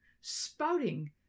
spouting